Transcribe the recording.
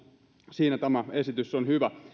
siinä tämä esitys on hyvä